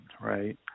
right